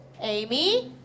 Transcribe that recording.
Amy